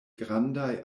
grandaj